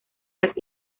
las